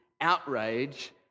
outrage